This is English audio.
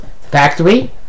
factory